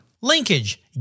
Linkage